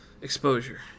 Exposure